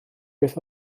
beth